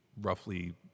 roughly